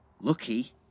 lucky